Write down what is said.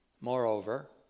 Moreover